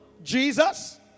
Jesus